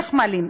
איך מעלים,